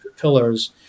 pillars